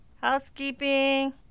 housekeeping